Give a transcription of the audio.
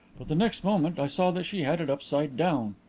but the next moment i saw that she had it upside down.